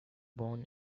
born